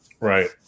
Right